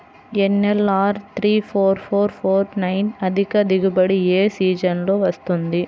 NLR three four four four nine అధిక దిగుబడి ఏ సీజన్లలో వస్తుంది?